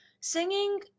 singing